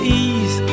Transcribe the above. ease